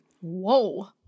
Whoa